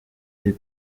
iri